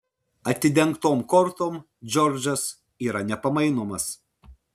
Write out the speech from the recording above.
atidengtom kortom džordžas yra nepamainomas